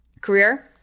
career